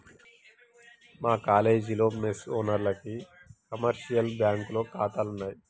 మా కాలేజీలో మెస్ ఓనర్లకి కమర్షియల్ బ్యాంకులో ఖాతాలున్నయ్